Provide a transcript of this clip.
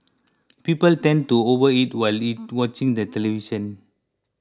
people tend to overeat while watching the television